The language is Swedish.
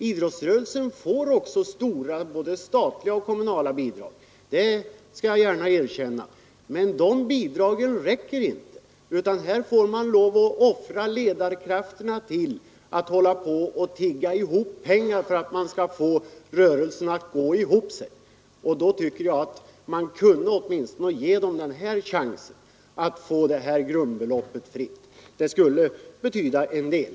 Idrottsrörelsen får också stora både statliga och kommunala bidrag — det skall jag gärna erkänna — men dessa bidrag räcker inte, utan ledarkrafterna får offra sin tid på att tigga ihop pengar för att rörelsen skall gå ihop. Då tycker jag att man åtminstone kunde ge föreningarna chansen att få det här grundbeloppet skattefritt — det skulle betyda en del.